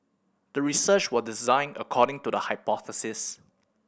the research was designed according to the hypothesis